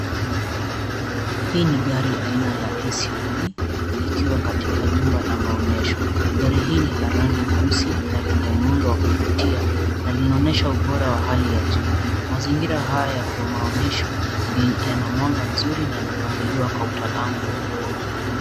Hii ni gari aina ya SUV likiwa katika jumba la maonyesho. Gari hili ni la rangi nyeusi na lenye muundo wa kuvutia na linaonyesha ubora wa hali ya juu. Mazingira haya yako maonyesho ni yana mwanga mzuri na yamepangiwa kwa utaalamu mkubwa.